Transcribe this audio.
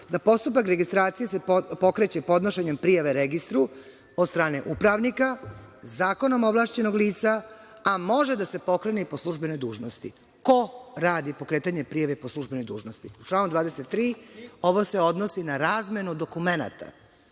da postupak registracije se pokreće podnošenjem prijave registru od strane upravnika, zakonom ovlašćenog lica, a može da se pokrene i po službenoj dužnosti. Ko radi pokretanje prijave po službenoj dužnosti? Članom 23. ovo se odnosi na razmenu dokumenata